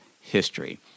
history